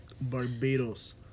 Barbados